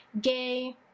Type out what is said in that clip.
gay